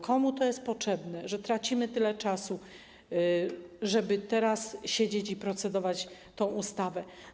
Komu to jest potrzebne, że tracimy tyle czasu, żeby teraz siedzieć i procedować nad tą ustawą?